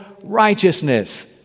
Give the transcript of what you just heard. righteousness